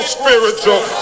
spiritual